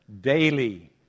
daily